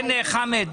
כן, חאמד.